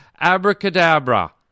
Abracadabra